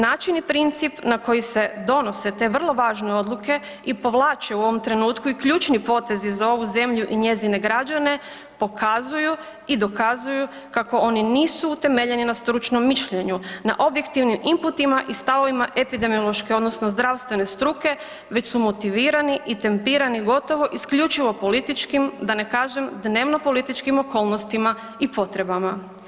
Način i princip na koji se donose te vrlo važne odluke i povlače u ovom trenutku i ključni potezi za ovu zemlju i njezine građane pokazuju i dokazuju kako oni nisu utemeljeni na stručnom mišljenju, na objektivnim imputima i stavovima epidemiološke odnosno zdravstvene struke već su motivirani i tempirani gotovo isključivo političkim da ne kažem dnevno političkim okolnostima i potrebama.